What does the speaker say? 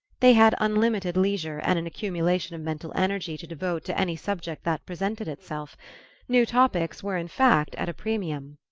they had unlimited leisure and an accumulation of mental energy to devote to any subject that presented itself new topics were in fact at a premium.